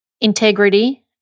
integrity